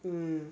mm